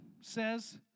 says